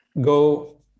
go